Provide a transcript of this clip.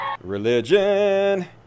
Religion